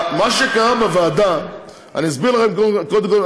מה שקרה בוועדה, אסביר לכם קודם כול.